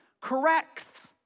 corrects